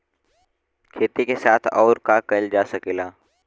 खेती के साथ अउर का कइल जा सकेला?